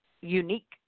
unique